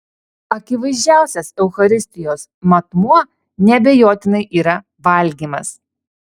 akivaizdžiausias eucharistijos matmuo neabejotinai yra valgymas